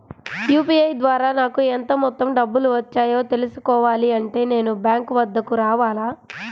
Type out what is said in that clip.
UPI ద్వారా నాకు ఎంత మొత్తం డబ్బులు వచ్చాయో తెలుసుకోవాలి అంటే నేను బ్యాంక్ వద్దకు రావాలా?